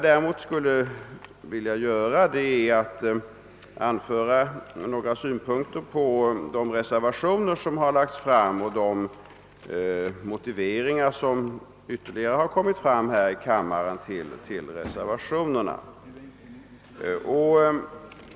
Däremot skulle jag vilja anföra några synpunkter på de reservationer som fogats till utskottets utlåtande och till de motiveringar som i kammaren ytterligare anförts för reservationerna.